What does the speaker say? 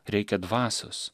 reikia dvasios